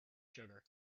sugar